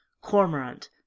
Cormorant